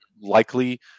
likely